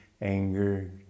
anger